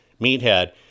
Meathead